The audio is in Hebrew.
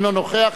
אינו נוכח,